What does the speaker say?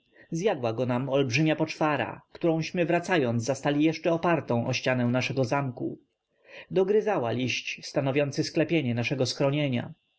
zjadła go nam olbrzymia poczwara którąśmy wracając zastali jeszcze opartą o ścianę naszego zamku dogryzała liść stanowiący sklepienie naszego schronienia